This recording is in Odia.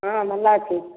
ହଁ ଭଲ ଅଛି